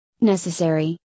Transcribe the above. necessary